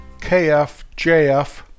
KFJF